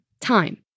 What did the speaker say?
time